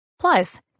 plus